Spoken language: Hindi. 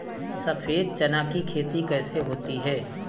सफेद चना की खेती कैसे होती है?